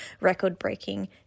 record-breaking